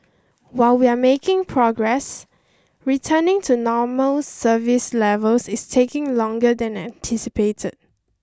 while we are making progress returning to normal service levels is taking longer than anticipated